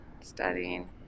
studying